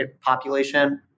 population